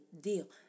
deal